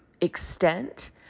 extent